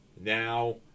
Now